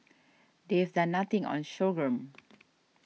they've done nothing on sorghum